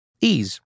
Ease